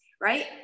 right